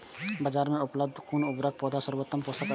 बाजार में उपलब्ध कुन उर्वरक पौधा के सर्वोत्तम पोषक अछि?